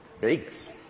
Vegas